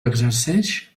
exerceix